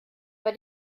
bei